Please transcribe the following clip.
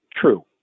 true